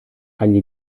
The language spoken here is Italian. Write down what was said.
agli